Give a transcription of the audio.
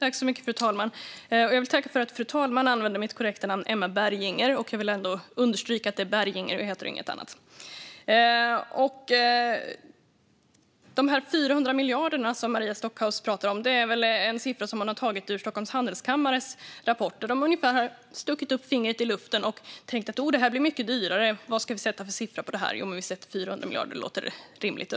Fru talman! Jag vill tacka fru talmannen för att hon uttalar mitt namn korrekt. Jag vill understryka att det är Berginger jag heter och inget annat. De 400 miljarder som Maria Stockhaus talar om är väl en siffra som hon har tagit från Stockholms Handelskammares rapport. De har ungefär stuckit upp fingret i luften och tänkt: Det här blir nog mycket dyrare. Vilken siffra ska vi sätta på det? Vi sätter runt 400 miljarder. Det låter rimligt.